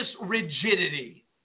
rigidity